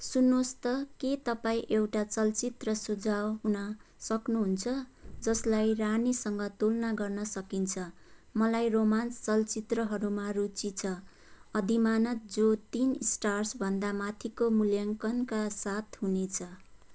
सुन्नुहोस् त के तपाईँ एउटा चलचित्र सुझाउन सक्नुहुन्छ जसलाई रानीसँग तुलना गर्न सकिन्छ मलाई रोमान्स चलचित्रहरूमा रुचि छ अधिमानत जो तिन स्टार्सभन्दा माथिको मूल्याङ्कनका साथ हुनेछ